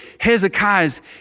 Hezekiah's